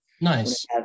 nice